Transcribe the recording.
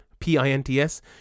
P-I-N-T-S